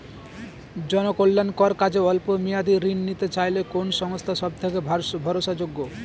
জনকল্যাণকর কাজে অল্প মেয়াদী ঋণ নিতে চাইলে কোন সংস্থা সবথেকে ভরসাযোগ্য?